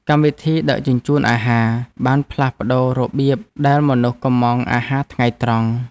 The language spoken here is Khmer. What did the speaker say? កម្មវិធីដឹកជញ្ជូនអាហារ បានផ្លាស់ប្តូររបៀបដែលមនុស្សកុម្ម៉ង់អាហារថ្ងៃត្រង់។